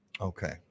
Okay